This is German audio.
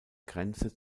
grenze